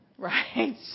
Right